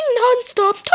non-stop